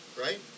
right